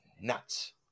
nuts